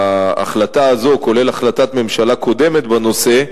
שההחלטה הזו, כולל החלטת ממשלה קודמת בנושא,